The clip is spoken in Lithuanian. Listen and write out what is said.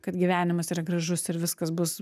kad gyvenimas yra gražus ir viskas bus